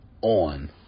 on